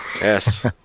Yes